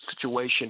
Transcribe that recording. situation